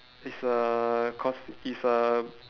it's a cause it's a